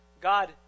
God